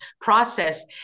process